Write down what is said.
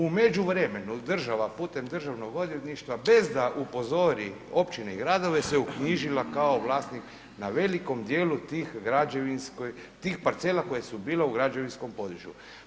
U međuvremenu država putem Državnog odvjetništva bez da upozori općine i gradove se uknjižila kao vlasnik na velikom djelu tih parcela koje su bile u građevinskom području.